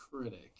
critic